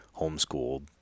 homeschooled